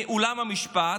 מעולם המשפט,